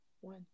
One